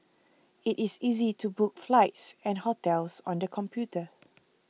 it is easy to book flights and hotels on the computer